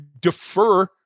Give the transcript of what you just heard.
defer